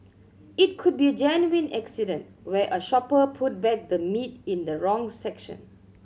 it could be a genuine accident where a shopper put back the meat in the wrong section